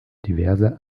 diverse